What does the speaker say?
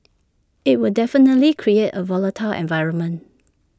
IT would definitely create A volatile environment